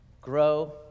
grow